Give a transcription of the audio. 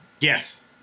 yes